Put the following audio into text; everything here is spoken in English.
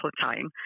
time